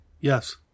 Yes